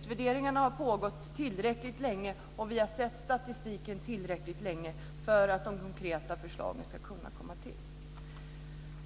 Utvärderingarna har pågått tillräckligt länge och vi har sett tillräckligt mycket statistik för att man ska kunna lägga fram konkreta förslag.